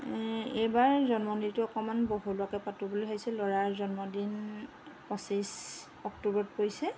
এইবাৰ জন্মদিনটো অকণমান বহলোৱাকৈ পাতো বুলি ভাবিছোঁ ল'ৰাৰ জন্মদিন পঁচিছ অক্টোবৰত পৰিছে